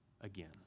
again